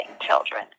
children